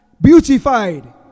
Beautified